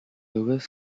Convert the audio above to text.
louis